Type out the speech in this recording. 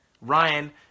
Ryan